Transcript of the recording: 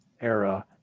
era